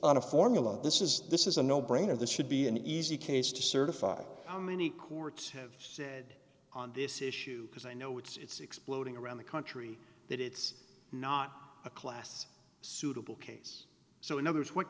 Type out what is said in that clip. on a formula this is this is a no brainer this should be an easy case to certify how many courts have said on this issue because i know it's exploding around the country that it's not a class suitable case so another is what